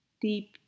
deep